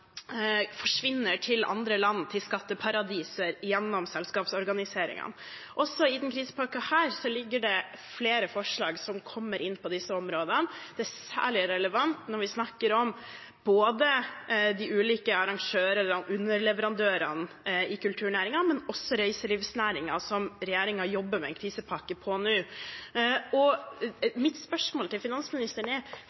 forsvinner til andre land, til skatteparadiser gjennom selskapsorganiseringene. Også i denne krisepakken ligger det flere forslag som kommer inn på disse områdene. Det er særlig relevant når vi snakker om både de ulike arrangørene og underleverandørene i kulturnæringen, men også reiselivsnæringen, som regjeringen jobber med en krisepakke til nå.